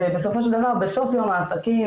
ובסופו של דבר בסוף יום העסקים,